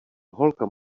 holka